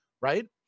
Right